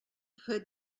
hood